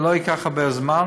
זה לא ייקח הרבה זמן.